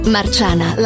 Marciana